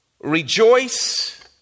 rejoice